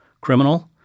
criminal